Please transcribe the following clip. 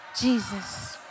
Jesus